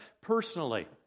personally